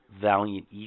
Valiant